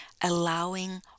allowing